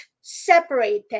separated